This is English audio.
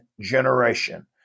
generation